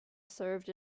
served